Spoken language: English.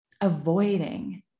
avoiding